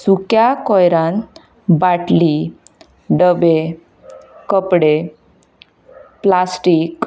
सुक्या कयरांत बाटली डब्बे कपडे प्लास्टीक